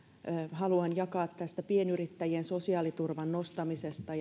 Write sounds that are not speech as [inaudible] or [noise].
haluan jakaa tästä pienyrittäjien sosiaaliturvan nostamisesta [unintelligible]